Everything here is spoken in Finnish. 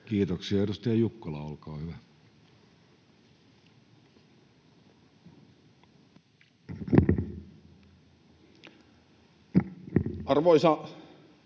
Kiitoksia. — Edustaja Jukkola, olkaa hyvä.